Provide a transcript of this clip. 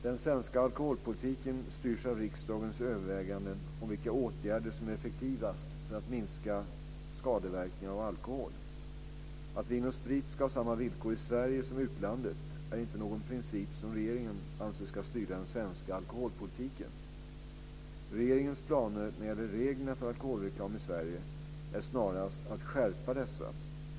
Den svenska alkoholpolitiken styrs av riksdagens överväganden om vilka åtgärder som är effektivast för att minska skadeverkningarna av alkohol. Att Vin & Sprit ska ha samma villkor i Sverige som i utlandet är inte någon princip som regeringen anser ska styra den svenska alkoholpolitiken. Regeringens planer när det gäller reglerna för alkoholreklam i Sverige är snarare att skärpa dessa.